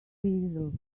diesel